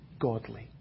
godly